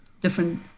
different